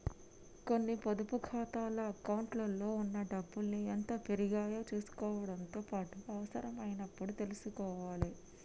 కొన్ని పొదుపు ఖాతాల అకౌంట్లలో ఉన్న డబ్బుల్ని ఎంత పెరిగాయో చుసుకోవడంతో పాటుగా అవసరమైనప్పుడు తీసుకోవాలే